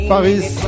Paris